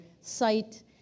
site